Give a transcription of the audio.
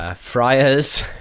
friars